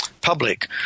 public